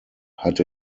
hat